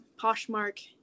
Poshmark